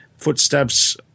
Footsteps